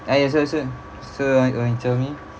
ah ya so so so what you want to tell me